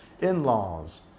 in-laws